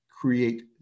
create